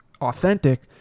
authentic